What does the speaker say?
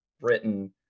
Britain